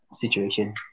situation